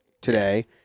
today